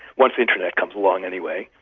once the internet comes along, anyway,